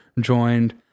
joined